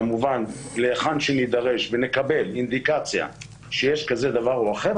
כמובן להיכן שנידרש ונקבל אינדיקציה שיש דבר כזה או אחר,